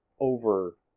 over